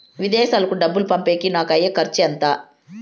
విదేశాలకు డబ్బులు పంపేకి నాకు అయ్యే ఖర్చు ఎంత?